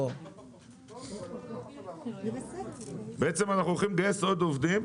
בעצם אנחנו הולכים לגייס עוד עובדים,